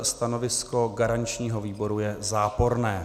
Stanovisko garančního výboru je záporné.